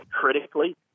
critically